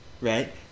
right